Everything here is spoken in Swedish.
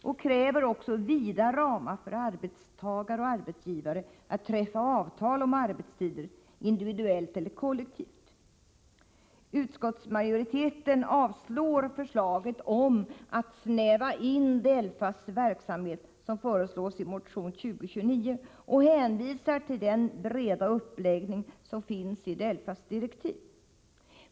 De kräver också vida ramar för arbetstagare och arbetsgivare när det gäller att träffa avtal om arbetstider, individuellt eller kollektivt. Utskottsmajoriteten avstyrker förslaget i motion 2029 om att begränsa DELFA:s verksamhet och hänvisar till den breda uppläggning som finns i DELFA:s direktiv.